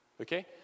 Okay